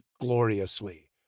gloriously